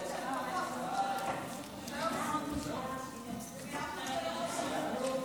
לשכת עורכי הדין (תיקון מס' 42),